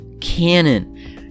canon